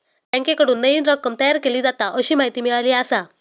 बँकेकडून नईन रक्कम तयार केली जाता, अशी माहिती मिळाली आसा